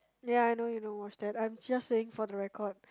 ya I know you don't watch that I'm just saying for the record